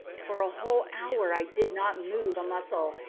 for a whole hour i did not move a muscle,